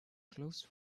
close